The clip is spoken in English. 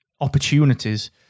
opportunities